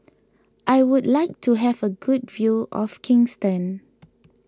I would like to have a good view of Kingston